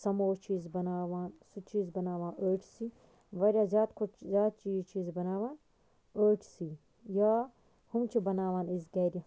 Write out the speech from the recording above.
سَموسہٕ چھِ أسۍ بَناوان سُہ تہِ چھِ أسۍ بَناوان ٲٹسٕے واریاہ زیادٕ کھۄتہٕ چیٖز چھِ أسۍ بَناوان ٲٹسٕے یا ہُم چھِ بَناوان أسۍ گرِ